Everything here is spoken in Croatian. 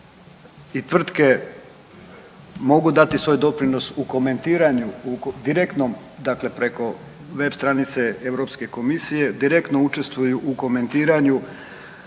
i tvrtke mogu dati svoj doprinos u komentiranju u direktnom, dakle preko web stranice Europske komisije direktno učestvuju u komentiranju